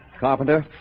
carpenter